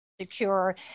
secure